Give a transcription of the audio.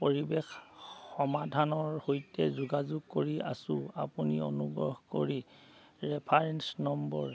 পৰিৱেশ সমাধানৰ সৈতে যোগাযোগ কৰি আছো আপুনি অনুগ্ৰহ কৰি ৰেফাৰেন্স নম্বৰ